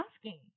asking